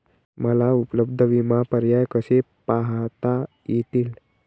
मला उपलब्ध विमा पर्याय कसे पाहता येतील?